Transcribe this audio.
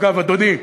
אגב, אדוני,